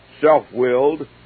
self-willed